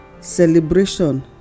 celebration